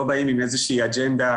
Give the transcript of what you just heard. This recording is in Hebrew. לא באים עם איזושהי אג'נדה